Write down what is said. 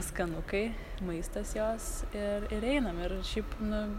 skanukai maistas jos ir ir einam ir šiaip nu